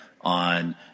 on